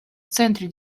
центре